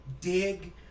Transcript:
Dig